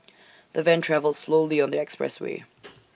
the van travelled slowly on the expressway